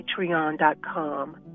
patreon.com